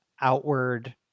outward